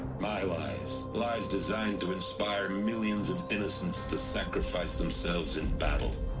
my lies. lies designed to inspire millions of innocents to sacrifice themselves in battle